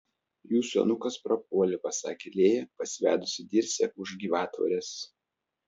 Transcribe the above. jūsų anūkas prapuolė pasakė lėja pasivedusi dirsę už gyvatvorės